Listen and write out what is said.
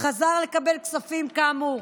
חזר לקבל כספים כאמור.